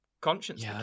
conscience